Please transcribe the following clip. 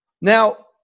Now